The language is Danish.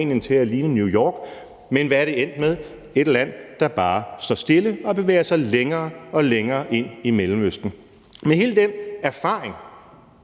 til at ligne New York, men hvad er det endt med? Et land, der bare står stille og bevæger sig længere og længere ind i Mellemøsten. Med hele den erfaring